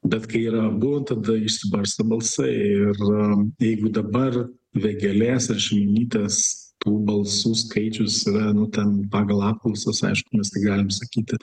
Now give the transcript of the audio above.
bet kai yra abu tada išsibarsto balsai ir jeigu dabar vėgėlės ar šimonytės tų balsų skaičius yra nu ten pagal apklausas aišku mes tik galim sakyti